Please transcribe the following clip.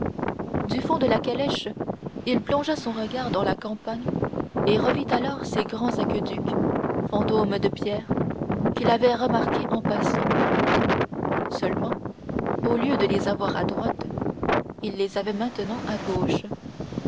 du fond de la calèche il plongea son regard dans la campagne il revit alors ces grands aqueducs fantômes de pierre qu'il avait remarqués en passant seulement au lieu de les avoir à droite il les avait maintenant à gauche